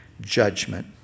judgment